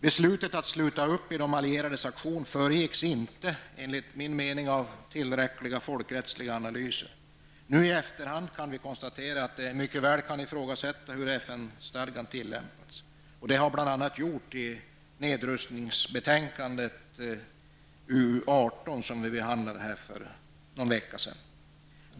Beslutet att sluta upp i de allierades aktion föregicks inte enligt min mening av tillräckliga folkrättsliga analyser. Nu i efterhand kan det konstateras att det mycket väl kan ifrågasättas hur FN-stadgan har tillämpats. Det har bl.a. gjorts i nedrustningsbetänkandet UU18, som vi behandlade för någon vecka sedan.